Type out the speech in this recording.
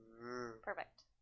Perfect